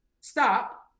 Stop